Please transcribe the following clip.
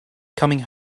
coming